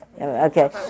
okay